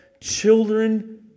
children